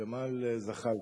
וג'מאל זחאלקה.